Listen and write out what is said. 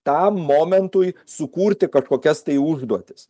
tam momentui sukurti kažkokias tai užduotis